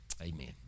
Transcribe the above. Amen